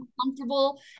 comfortable